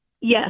Yes